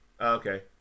Okay